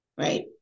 right